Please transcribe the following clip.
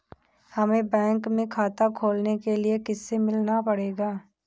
हमे बैंक में खाता खोलने के लिए किससे मिलना पड़ेगा?